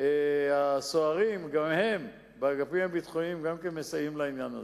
הסוהרים באגפים הביטחוניים גם הם מסייעים בזה.